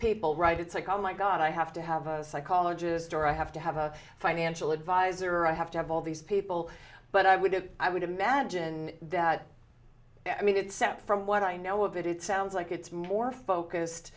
people write it's like oh my god i have to have a psychologist or i have to have a financial advisor or i have to have all these people but i would i would imagine that i mean that set from what i know of it it sounds like it's more focused